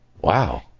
Wow